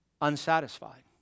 unsatisfied